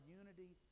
unity